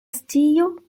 scio